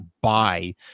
buy